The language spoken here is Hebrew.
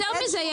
יותר מזה,